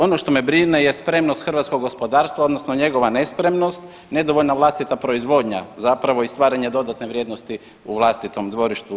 Ono što me brine je spremnost hrvatskog gospodarstva, odnosno njegova nespremnost, nedovoljna vlastita proizvodnja zapravo i stvaranje dodatne vrijednosti u vlastitom dvorištu.